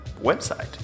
website